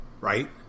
right